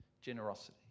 generosity